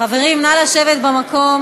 חברים, נא לשבת במקום.